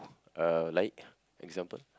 uh like example